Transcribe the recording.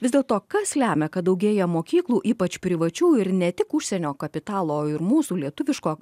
vis dėlto kas lemia kad daugėja mokyklų ypač privačių ir ne tik užsienio kapitalo ir mūsų lietuviško